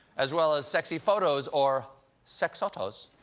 as well as sexy photos, or sexotos.